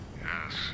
Yes